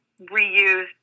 reuse